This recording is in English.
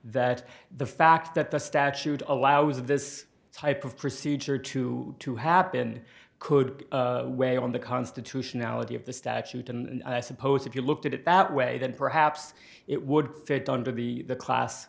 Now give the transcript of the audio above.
that the fact that the statute allows this type of procedure to to happened could weigh on the constitutionality of the statute and i suppose if you looked at it that way then perhaps it would fit under the class